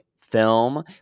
film